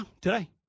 today